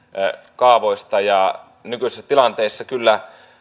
kaavoista nykyisessä tilanteessa kyllä